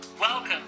Welcome